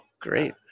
great